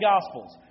Gospels